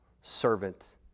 servant